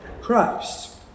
Christ